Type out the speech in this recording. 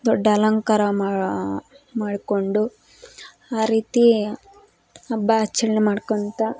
ದೊಡ್ಡ ಅಲಂಕಾರ ಮಾಡಿಕೊಂಡು ಆ ರೀತಿ ಹಬ್ಬ ಆಚರಣೆ ಮಾಡ್ಕೊಳ್ತ